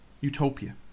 Utopia